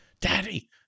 daddy